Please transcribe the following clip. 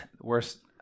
Worst